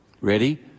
Ready